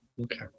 okay